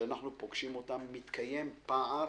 שאנחנו פוגשים אותם מתקיים פער